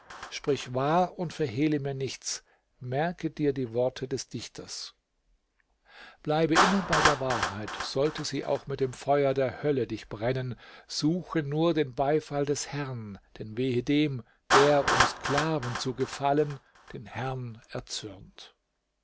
sprich wahr und verhehle mir nichts merke dir die worte des dichters bleibe immer bei der wahrheit sollte sie auch mit dem feuer der hölle dich brennen suche nur den beifall des herrn denn wehe dem der um sklaven zu gefallen den herrn erzürnt